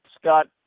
Scott